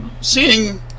seeing